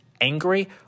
angry